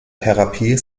therapie